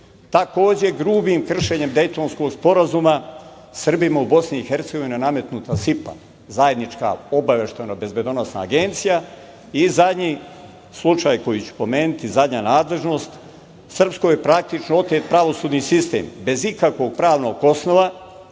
takođe grubim kršenjem Dejtonskog sporazuma, Srbima u BiH, nametnuta je SIPA, zajednička obaveštajna bezbedonosna agencija i zadnji slučaj koji ću pomenuti, zadnja nadležnost, Srpskoj je praktično otet pravosudni sistem bez ikakvog pravnog osnova,